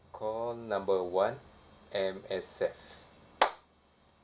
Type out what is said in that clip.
call number one M_S_F